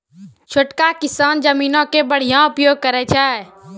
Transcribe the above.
छोटका किसान जमीनो के बढ़िया उपयोग करै छै